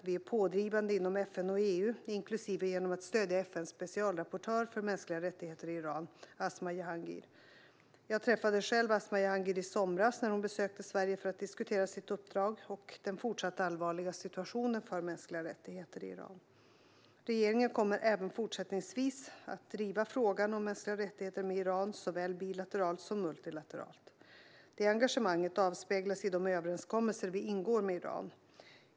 Vi är pådrivande inom FN och EU, inklusive genom att stödja FN:s specialrapportör för mänskliga rättigheter i Iran, Asma Jahangir. Jag träffade själv Asma Jahangir i somras, när hon besökte Sverige för att diskutera sitt uppdrag och den fortsatt allvarliga situationen för mänskliga rättigheter i Iran. Regeringen kommer även fortsättningsvis att driva frågan om mänskliga rättigheter med Iran, såväl bilateralt som multilateralt. Det engagemanget avspeglas i de överenskommelser vi ingår med Iran.